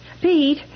Pete